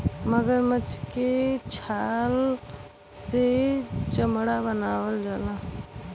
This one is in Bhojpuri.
मगरमच्छ के छाल से चमड़ा बनावल जाला